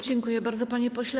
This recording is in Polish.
Dziękuję bardzo, panie pośle.